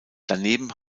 daneben